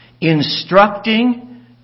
instructing